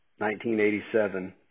1987